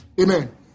Amen